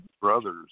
brothers